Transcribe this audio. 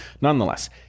nonetheless